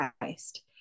Christ